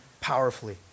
powerfully